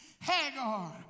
Hagar